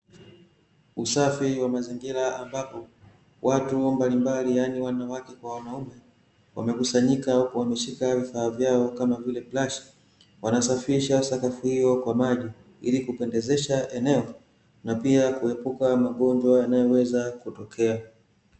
Usafi wa mazingira ambapo watu mbalimbali yaani wanawake kwa wanaume, wamekusanyika huku wameshika vifaa vyao kama vile brashi, wanasafisha sakafu hiyo kwa maji ili kupendezesha eneo na pia kuepuka magonjwa yanayoweza kutokea.